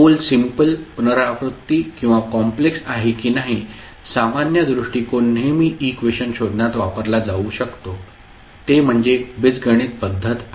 pole simple पुनरावृत्ती किंवा complex आहे की नाही सामान्य दृष्टीकोन नेहमी इक्वेशन शोधण्यात वापरला जाऊ शकतो ते म्हणजे बीजगणित पद्धत आहे